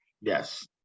Yes